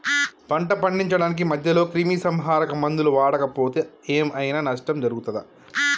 పంట పండించడానికి మధ్యలో క్రిమిసంహరక మందులు వాడకపోతే ఏం ఐనా నష్టం జరుగుతదా?